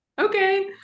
okay